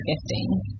gifting